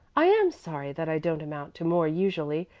i am sorry that i don't amount to more usually.